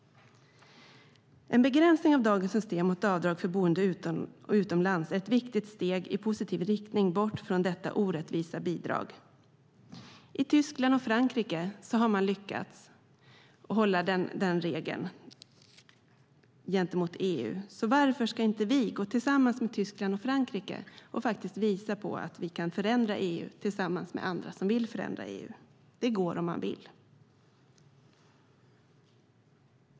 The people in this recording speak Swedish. En begränsning av dagens system vad gäller avdrag för boende utomlands är ett viktigt steg i rätt riktning, bort från det orättvisa bidraget. I Tyskland och Frankrike har man lyckats hålla den regeln gentemot EU. Varför kan vi inte gå samman med Tyskland och Frankrike och visa att vi tillsammans med andra som vill förändra EU kan göra det? Det går att göra om man vill.